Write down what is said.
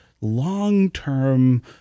long-term